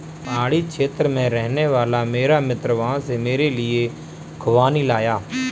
पहाड़ी क्षेत्र में रहने वाला मेरा मित्र वहां से मेरे लिए खूबानी लाया